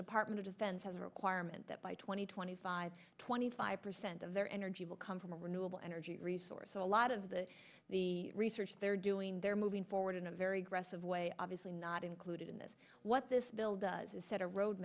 department of defense has a requirement that by two thousand and twenty five twenty five percent of their energy will come from a renewable energy resource so a lot of that the research they're doing they're moving forward in a very grass of way obviously not included in this what this bill does is set a road